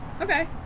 Okay